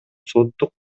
соттук